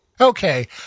Okay